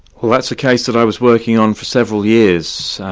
well that's a case that i was working on for several years,